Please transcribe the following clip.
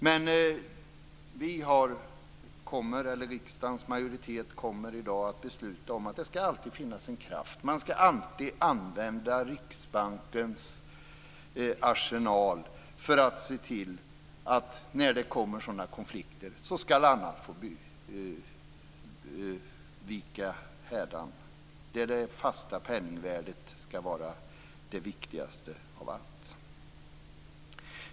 Men riksdagens kommer i dag att besluta om att det alltid skall finnas en sådan kraft. Man skall alltid använda Riksbankens arsenal för att se till att när det kommer sådana konflikter skall annat få vika undan. Det fasta penningvärdet skall vara det viktigaste av allt.